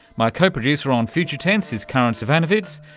my co-producer on future tense is karin zsivanovits,